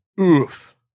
Oof